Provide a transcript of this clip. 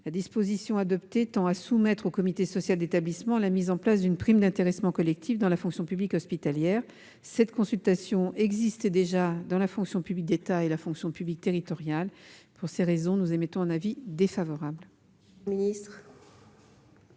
La disposition en question tend à soumettre au comité social d'établissement la mise en place d'une prime d'intéressement collectif dans la fonction publique hospitalière. Cette consultation existe déjà dans la fonction publique d'État et la fonction publique territoriale. Pour ces raisons, la commission émet un avis défavorable.